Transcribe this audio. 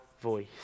voice